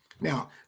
Now